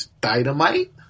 dynamite